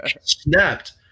snapped